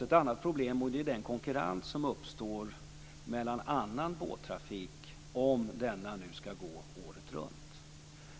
Ett annat problem är den konkurrens som uppstår med annan båttrafik om färjan skall gå året runt.